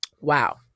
wow